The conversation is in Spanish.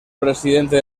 presidente